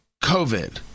COVID